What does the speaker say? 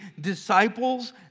disciples